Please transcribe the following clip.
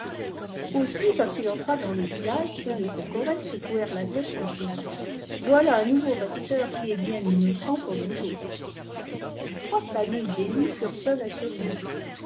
abssî quand il entra dans le village ceux de ronkored secouèrent la tête en disant voilà un nouveau recteur qui est bien innocent pour nous autres les trois familles d'élus furent seules à se réjouir